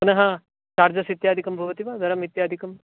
पुनः चार्जस् इत्यादिकं भवति वा धनं इत्यादिकं